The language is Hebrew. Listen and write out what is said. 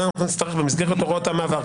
את זה אנחנו נצטרך במסגרת הוראות המעבר.